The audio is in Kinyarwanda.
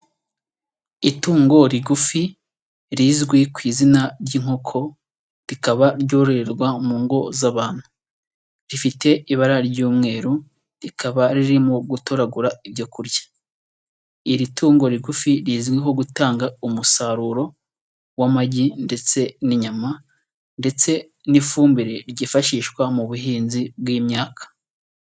Itungo rigufi rizwi ku izina ry'inkoko, rikaba ryororerwa mu ngo z'abantu, rifite ibara ry'umweru, rikaba ririmo gutoragura ibyo kurya, iri tungo rigufi rizwiho gutanga umusaruro w'amagi ndetse n'inyama ndetse n'ifumbire ryifashishwa mu buhinzi bw'imyaka.